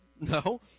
No